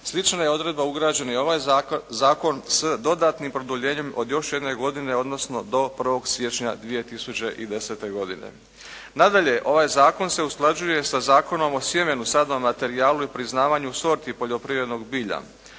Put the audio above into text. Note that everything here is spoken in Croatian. slična je odredba ugrađena i u ovaj zakon sa dodatnim produljenjem od još jedne godine odnosno do 1. siječnja 2010. godine. Nadalje, ovaj Zakon se usklađuje sa Zakonom o sjemenu, sadnom materijalu i priznavanju sorti poljoprivrednog bilja.